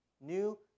New